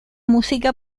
música